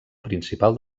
principal